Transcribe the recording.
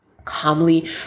Calmly